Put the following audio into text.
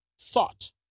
thought